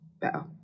better